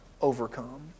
overcome